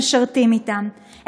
שמשרתים אתם,